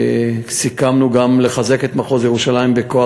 וסיכמנו גם לחזק את מחוז ירושלים בכוח